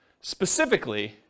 specifically